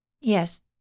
Yes